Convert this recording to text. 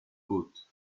foot